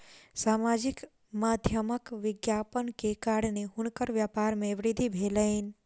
सामाजिक माध्यमक विज्ञापन के कारणेँ हुनकर व्यापार में वृद्धि भेलैन